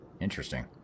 interesting